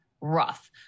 rough